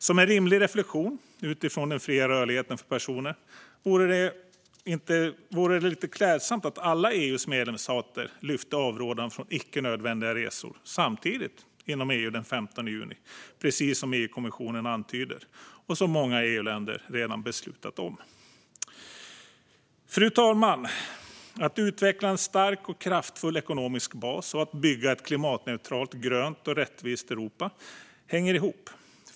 Så en rimlig reflektion utifrån den fria rörligheten för personer: Vore det inte klädsamt att alla EU:s medlemsstater hävde avrådan från icke-nödvändiga resor samtidigt inom EU den 15 juni, precis som EU-kommissionen antyder och som många EU-länder redan har beslutat om? Fru talman! Att utveckla en stark och kraftfull ekonomisk bas och att bygga ett klimatneutralt, grönt och rättvist Europa hänger ihop.